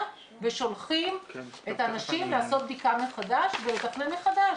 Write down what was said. ושולחים את האנשים לעשות בדיקה מחדש ולתכנן מחדש.